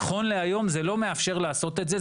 נכון להיום זה לא מאפשר לעשות את זה,